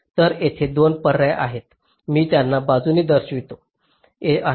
तर तेथे 2 पर्याय आहेत मी त्यांना बाजूने दर्शवित आहे